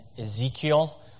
Ezekiel